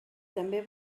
també